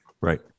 right